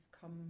come